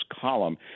column